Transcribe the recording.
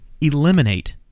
eliminate